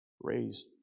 raised